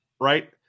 Right